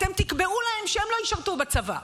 אתם תקבעו להם שהם לא ישרתו בצבא.